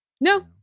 No